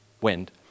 wind